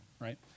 right